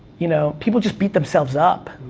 you know, people just beat themselves up.